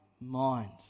mind